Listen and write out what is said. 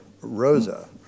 Rosa